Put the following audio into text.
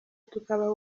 tukabaha